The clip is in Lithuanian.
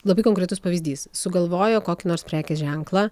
labai konkretus pavyzdys sugalvojo kokį nors prekės ženklą